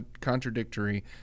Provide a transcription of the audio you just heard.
contradictory